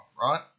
right